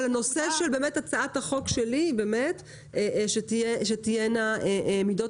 הנושא של הצעת החוק שלי הוא שתהיינה מידות